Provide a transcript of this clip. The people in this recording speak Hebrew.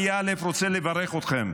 אני רוצה לברך אתכם